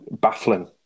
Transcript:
baffling